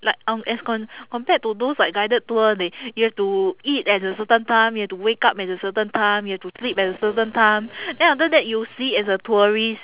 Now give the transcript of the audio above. like um as com~ compared to those like guided tour they you have to eat at a certain time you have to wake up at a certain time you have to sleep at a certain time then after that you see it as a tourist